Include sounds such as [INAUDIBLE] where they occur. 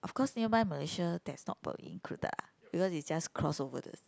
of course nearby Malaysia that's not [NOISE] included ah because it's just cross over the